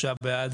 הצבעה בעד